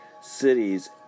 cities